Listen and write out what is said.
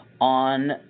On